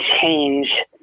change